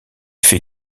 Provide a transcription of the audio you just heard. fait